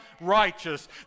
righteous